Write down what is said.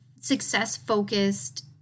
success-focused